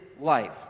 life